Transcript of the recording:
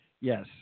Yes